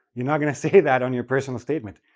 you're not going to say that on your personal statement.